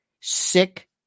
sick